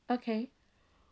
okay